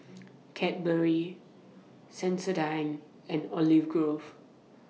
Cadbury Sensodyne and Olive Grove